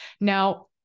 Now